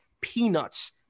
peanuts